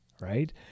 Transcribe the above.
right